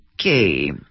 Okay